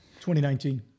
2019